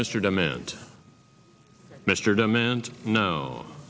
mr demand mr demand no